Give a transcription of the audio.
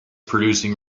producing